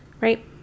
Right